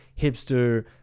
hipster